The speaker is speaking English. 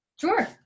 sure